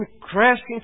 crashing